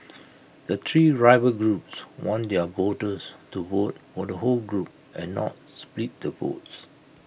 the three rival groups want their voters to vote for the whole group and not split the votes